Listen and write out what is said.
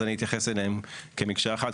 אז אני אתייחס אליהן כמקשה אחת,